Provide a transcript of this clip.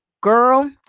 Girl